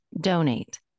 donate